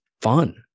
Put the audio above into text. Fun